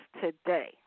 today